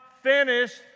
finished